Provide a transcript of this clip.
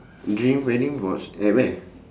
dream wedding was at where